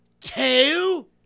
Two